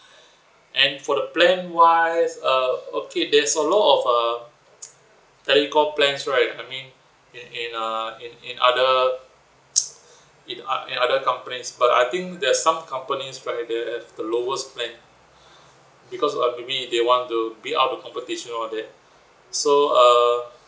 and for the plan wise uh okay there's a lot of uh telecom plans right I mean in in uh in in other in o~ in other companies but I think there are some companies right they have the lowest plan because uh maybe they want to beat out the competition all that so uh